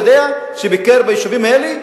שביקר ביישובים האלה,